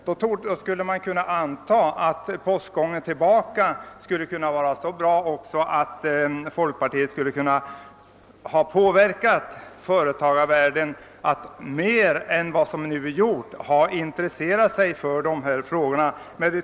Då skulle man kunna anta att postgången tillbaka vore så bra att folkpartiet skulle kunna påverka företagarvärlden att, mer än som hittills skett, intressera sig för dessa frågor.